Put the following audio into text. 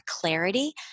clarity